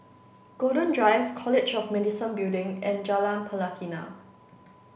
Golden Drive College of Medicine Building and Jalan Pelatina